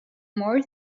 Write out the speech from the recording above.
more